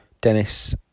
Dennis